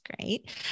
great